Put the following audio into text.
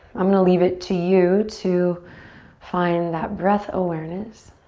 i'm gonna leave it to you to find that breath awareness.